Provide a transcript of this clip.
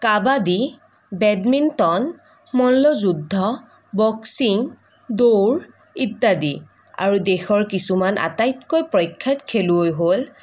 kabaddi badminton মল্লযুদ্ধ boxing দৌৰ ইত্যাদি আৰু দেশৰ কিছুমান আটাইতকৈ প্ৰখ্যাত খেলুৱৈ হ'ল